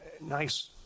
nice